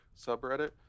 subreddit